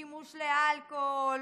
שימוש באלכוהול,